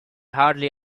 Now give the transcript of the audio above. hardly